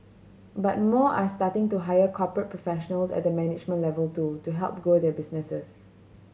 but more are starting to hire corporate professionals at the management level too to help grow their businesses